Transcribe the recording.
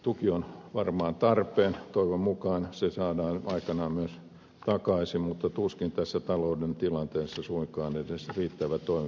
tuki on varmaan tarpeen toivon mukaan se saadaan aikanaan myös takaisin mutta tuskin tässä talouden tilanteessa suinkaan edes riittävä toimenpide